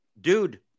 Dude